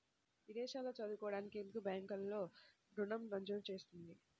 విదేశాల్లో చదువుకోవడానికి ఎందుకు బ్యాంక్లలో ఋణం మంజూరు చేస్తుంది?